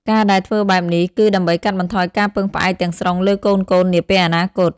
ការដែលធ្វើបែបនេះ គឺដើម្បីកាត់បន្ថយការពឹងផ្អែកទាំងស្រុងលើកូនៗនាពេលអនាគត។